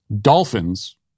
dolphins